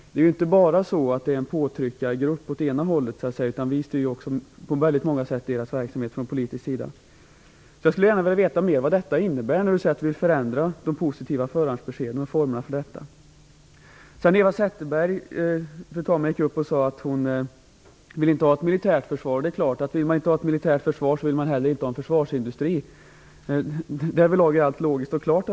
Det är ju inte bara på ena sidan det finns en påtryckargrupp - deras verksamhet styrs också på väldigt många sätt från politisk sida. Sedan skulle jag gärna vilja veta mer om vad det innebär att förändra formerna för de positiva förhandsbeskeden. Eva Zetterberg sade att hon inte vill ha ett militärt försvar. Då vill hon naturligtvis inte heller ha en försvarsindustri. Därvidlag är allt logiskt och klart.